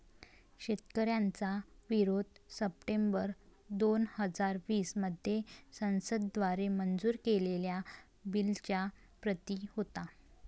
शेतकऱ्यांचा विरोध सप्टेंबर दोन हजार वीस मध्ये संसद द्वारे मंजूर केलेल्या बिलच्या प्रति होता